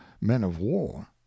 men-of-war